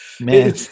Man